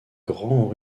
grands